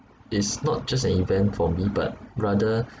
it's not just an event for me but rather